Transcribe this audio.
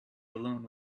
alone